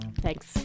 Thanks